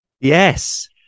Yes